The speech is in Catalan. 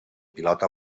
pilota